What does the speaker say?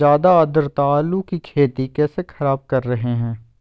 ज्यादा आद्रता आलू की खेती कैसे खराब कर रहे हैं?